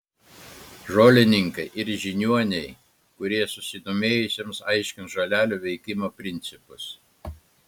žolininkai ir žiniuoniai kurie susidomėjusiems aiškins žolelių veikimo principus